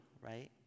right